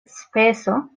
speso